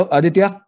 Aditya